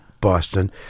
Boston